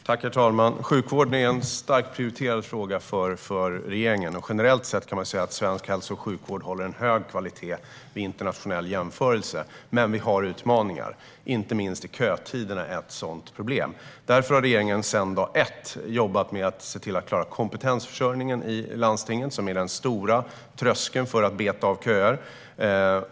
Herr talman! Sjukvården är en starkt prioriterad fråga för regeringen. Generellt sett kan man säga att svensk hälso och sjukvård håller hög kvalitet i internationell jämförelse. Men vi har utmaningar. Inte minst är kötiderna ett problem. Därför har regeringen sedan dag ett jobbat med att se till att man klarar kompetensförsörjningen i landstingen, som är den stora tröskeln för att beta av köer.